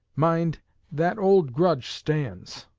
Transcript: mind that old grudge stands